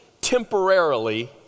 temporarily